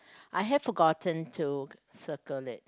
I have forgotten to circle it